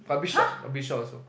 but a bit short a bit short also